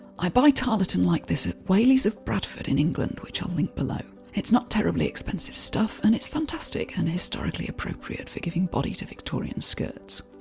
i buy tarlatan like this whaleys of bradford in england, which i'll link below. it's not terribly expensive stuff and it's fantastic and historically appropriate for giving body to victorian skirts.